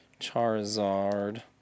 Charizard